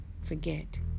forget